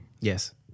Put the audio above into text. Yes